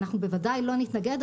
אנחנו בוודאי לא נתנגד,